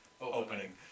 opening